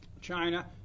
China